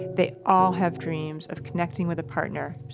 they all have dreams of connecting with a partner,